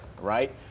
right